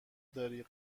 داری